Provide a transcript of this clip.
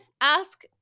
ask